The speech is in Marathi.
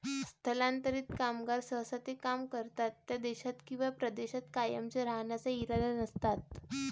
स्थलांतरित कामगार सहसा ते काम करतात त्या देशात किंवा प्रदेशात कायमचे राहण्याचा इरादा नसतात